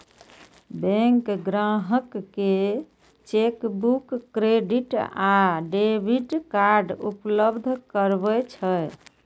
bank ग्राहक कें chequebook, credit आ डेबिट कार्ड उपलब्ध करबै छै